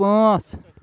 پانٛژھ